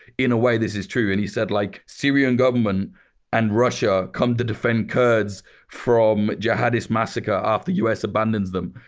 in a way this is true. and he said like, syrian government and russia come to defend kurds from jihadist massacre, after the us abandons them.